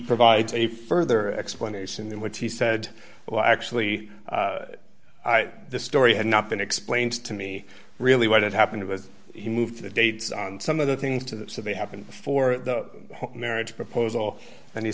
provides a further explanation than what he said well actually the story had not been explained to me really what had happened was he moved the dates on some of the things to the survey happened before the marriage proposal and he